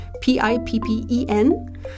P-I-P-P-E-N